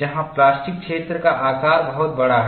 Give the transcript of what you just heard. जहां प्लास्टिक क्षेत्र का आकार बहुत बड़ा है